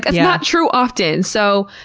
it's not true often. so,